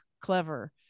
clever